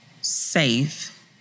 safe